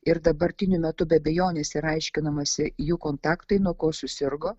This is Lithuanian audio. ir dabartiniu metu be abejonės yra aiškinamasi jų kontaktai nuo ko susirgo